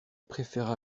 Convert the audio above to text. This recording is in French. préféra